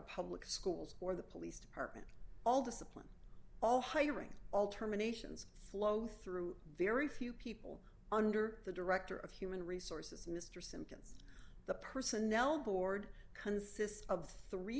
public schools or the police department all discipline all hiring all terminations flow through very few people under the director of human resources mr simpson the personnel board consists of three